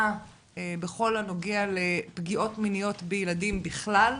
בכל הנוגע לפגיעות מיניות בילדים בכלל,